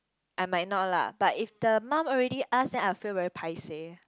I might not lah but if the mum already ask then I will feel very paiseh